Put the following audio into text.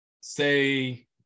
say